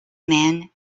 man